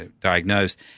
diagnosed